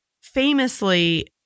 famously